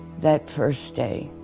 that first day.